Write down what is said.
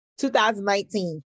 2019